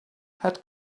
had